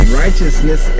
righteousness